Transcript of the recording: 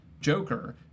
Joker